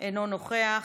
אינו נוכח,